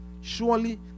Surely